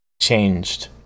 changed